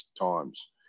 times